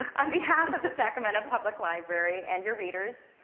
on behalf of the sacramento public library and your readers,